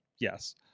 Yes